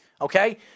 Okay